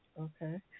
Okay